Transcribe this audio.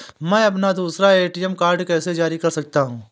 मैं अपना दूसरा ए.टी.एम कार्ड कैसे जारी कर सकता हूँ?